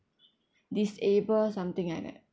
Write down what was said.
disable something like that